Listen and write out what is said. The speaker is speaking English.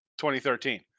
2013